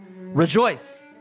Rejoice